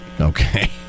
Okay